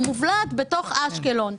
הוא מובלעת בתוך אשקלון.